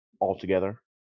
altogether